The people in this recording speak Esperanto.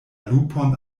lupon